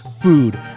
food